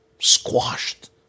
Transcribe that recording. squashed